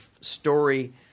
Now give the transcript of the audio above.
story